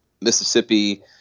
Mississippi